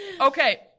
Okay